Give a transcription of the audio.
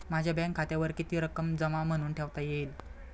माझ्या बँक खात्यावर किती रक्कम जमा म्हणून ठेवता येईल?